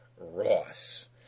Ross